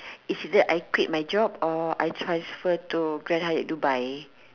it's either I quit my job or I transfer to Grand-Hyatt Dubai